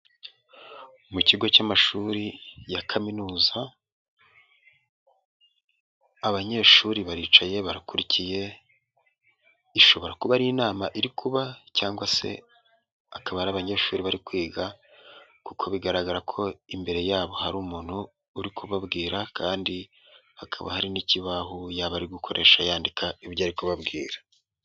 Mu kigo cy'amashuri ya kaminuza abanyeshuri baricaye barakurikiye, ishobora kuba ari inama iri kuba cyangwa se akaba ari abanyeshuri bari kwiga kuko bigaragara ko imbere yabo hari umuntu uri kubabwira kandi hakaba hari n'ikibaho yaba ari gukoresha yandika ibyo ari kubabwira.